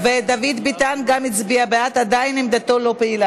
16 מתנגדים, אחד נמנע.